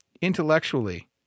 intellectually